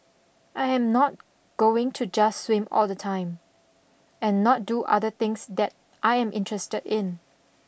I am not going to just swim all the time and not do other things that I am interested in